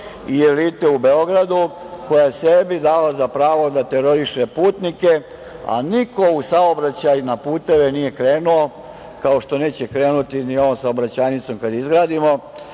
i elite u Beogradu koja sebi daje za pravo da teroriše putnike, a niko u saobraćaj na puteve nije krenuo, kao što neće krenuti ni ovom saobraćajnicom kada je izgradimo,